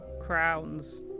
crowns